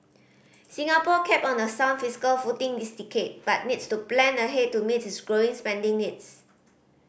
Singapore kept on a sound fiscal footing this decade but needs to plan ahead to meet its growing spending needs